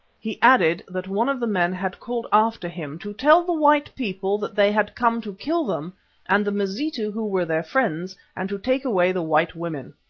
he added that one of the men had called after him to tell the white people that they had come to kill them and the mazitu who were their friends and to take away the white women.